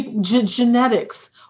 Genetics